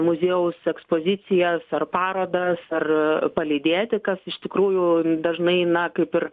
muziejaus ekspozicijas ar parodas ar palydėti kas iš tikrųjų dažnai na kaip ir